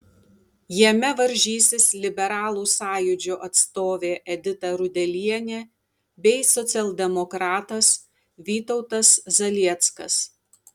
jame varžysis liberalų sąjūdžio atstovė edita rudelienė bei socialdemokratas vytautas zalieckas